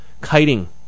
kiting